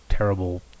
Terrible